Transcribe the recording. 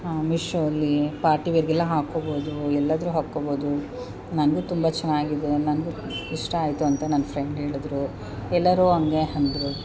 ಮಿಶೋಲ್ಲಿ ಪಾರ್ಟಿವೇರಿಗೆಲ್ಲ ಹಾಕ್ಕೋಬೋದು ಎಲ್ಲಾದರೂ ಹಾಕ್ಕೋಬೋದು ನನಗೂ ತುಂಬ ಚೆನ್ನಾಗಿದೆ ನನಗೂ ಇಷ್ಟ ಆಯಿತು ಅಂತ ನನ್ನ ಫ್ರೆಂಡ್ ಹೇಳಿದ್ರು ಎಲ್ಲರೂ ಹಂಗೆ ಅಂದ್ರು